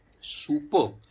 Super